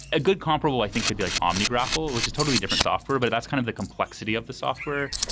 a good comparable i think could be like ah omingraffle, which is a totally different software, but that's kind of the complexity of the software.